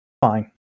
fine